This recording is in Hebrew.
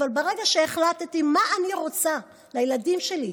אבל ברגע שהחלטתי מה אני רוצה לילדים שלי,